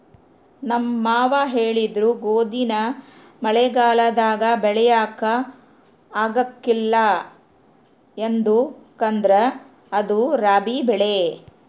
ನಮ್ ಮಾವ ಹೇಳಿದ್ರು ಗೋದಿನ ಮಳೆಗಾಲದಾಗ ಬೆಳ್ಯಾಕ ಆಗ್ಕಲ್ಲ ಯದುಕಂದ್ರ ಅದು ರಾಬಿ ಬೆಳೆ